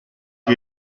che